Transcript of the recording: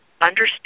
understand